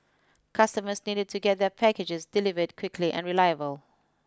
customers needed to get their packages delivered quickly and reliably